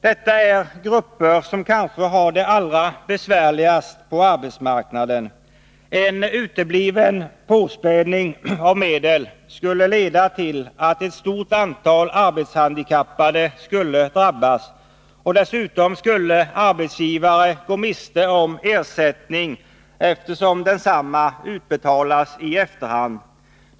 Dessa anställda tillhör de grupper som kanske har det allra besvärligast på arbetsmarknaden. En utebliven påspädning av medel skulle leda till att ett stort antal arbetshandikappade skulle drabbas, och dessutom skulle arbetsgivare gå miste om ersättning, eftersom densamma utbetalas i efterhand.